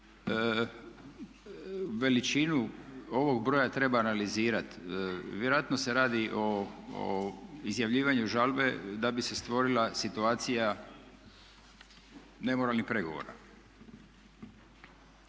Veličinu ovog broja treba analizirati. Vjerojatno se radi o izjavljivanju žalbe da bi se stvorila situacija nemoralnih pregovora.